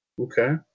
Okay